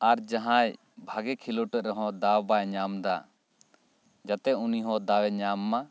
ᱟᱨ ᱢᱟᱦᱟᱸᱭ ᱵᱷᱟᱜᱮ ᱠᱷᱮᱞᱳᱰ ᱨᱮᱦᱚᱸ ᱫᱟᱣ ᱵᱟᱭ ᱧᱟᱢ ᱮᱫᱟ ᱡᱟᱛᱮᱜ ᱩᱱᱤ ᱦᱚᱸ ᱫᱟᱣ ᱮ ᱧᱟᱢ ᱢᱟ